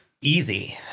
Easy